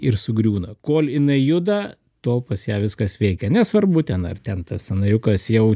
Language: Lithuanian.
ir sugriūna kol jinai juda tol pas ją viskas veikia nesvarbu ten ar ten tas sąnariukas jau